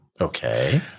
Okay